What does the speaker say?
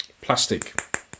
plastic